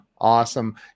awesome